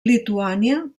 lituània